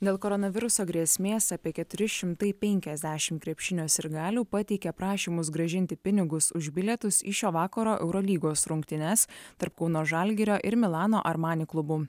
dėl koronaviruso grėsmės apie keturi šimtai penkiasdešim krepšinio sirgalių pateikė prašymus grąžinti pinigus už bilietus į šio vakaro eurolygos rungtynes tarp kauno žalgirio ir milano armani klubų